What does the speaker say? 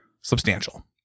substantial